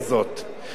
שיהיה לכם ברור,